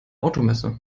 automesse